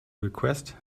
request